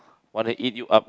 want to eat you up